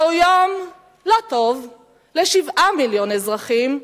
זהו יום לא טוב ל-7 מיליון אזרחים,